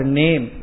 name